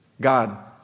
God